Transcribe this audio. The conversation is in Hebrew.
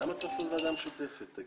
למה צריכים ועדה משותפת?